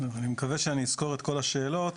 אני מקווה שאני אזכור את כל השאלות.